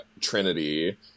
trinity